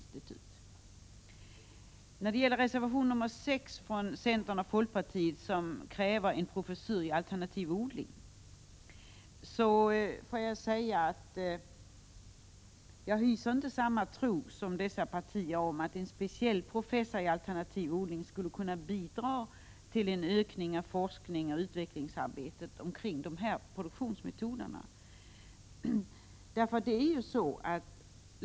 26 maj 1987 När det gäller reservation 6 från centern och folkpartiet, där det krävs en professur i alternativ odling, vill jag säga att jag inte hyser samma tro som dessa partier, dvs. att en särskild professur i alternativ odling skulle kunna bidra till en ökning av forskningsoch utvecklingsarbetet beträffande de här produktionsmetoderna.